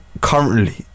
currently